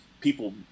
people